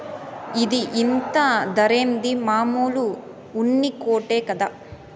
ఇది ఇంత ధరేంది, మామూలు ఉన్ని కోటే కదా